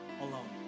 alone